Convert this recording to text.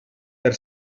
per